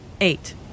eight